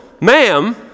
ma'am